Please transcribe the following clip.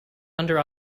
under